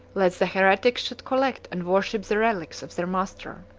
lest the heretics should collect and worship the relics of their master.